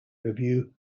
review